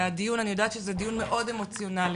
אני יודעת שזה דיון מאוד אמוציונאלי,